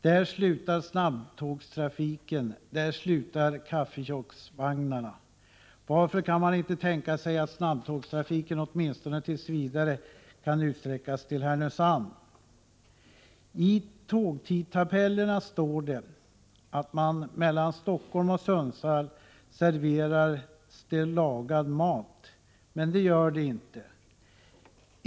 Där slutar snabbtågstrafiken, och där slutar kaffekioskvagnarna. Varför kan man inte tänka sig att snabbtågstrafiken åtminstone tills vidare får utsträckas till Härnösand? I tågtidtabellerna står det att det mellan Stockholm och Sundsvall serveras lagad mat, men det gör det inte.